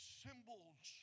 symbols